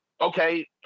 Okay